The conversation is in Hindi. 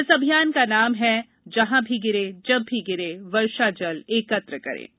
इस अभियान का नारा है जहां भी गिरे जब भी गिरे वर्षा जल एकत्र करें ै